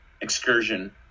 excursion